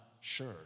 sure